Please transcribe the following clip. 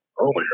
earlier